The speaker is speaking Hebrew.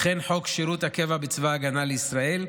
וכן חוק שירות הקבע בצבא ההגנה לישראל.